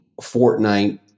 Fortnite